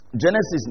Genesis